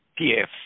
PF